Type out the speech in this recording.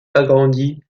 agrandie